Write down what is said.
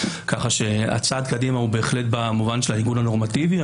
כך שהצעד קדימה הוא בהחלט במובן של העיגון הנורמטיבי,